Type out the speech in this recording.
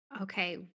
Okay